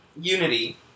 unity